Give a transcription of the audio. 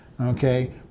Okay